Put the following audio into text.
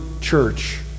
church